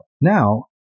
Now